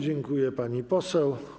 Dziękuję, pani poseł.